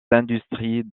industries